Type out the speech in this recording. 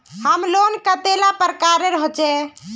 Home loan कतेला प्रकारेर होचे?